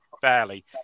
fairly